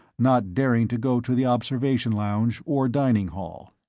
not daring to go to the observation lounge or dining hall.